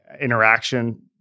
interaction